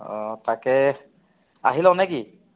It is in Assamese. অঁ তাকে আহি লওঁ নে কি